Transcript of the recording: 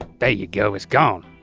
there you go, it's gone.